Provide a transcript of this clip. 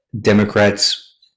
Democrats